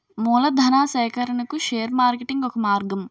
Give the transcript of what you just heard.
మూలధనా సేకరణకు share marketing ఒక మార్గం